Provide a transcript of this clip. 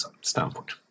standpoint